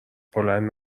بلند